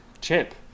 Chip